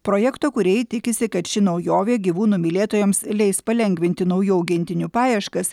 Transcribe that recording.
projekto kūrėjai tikisi kad ši naujovė gyvūnų mylėtojams leis palengvinti naujų augintinių paieškas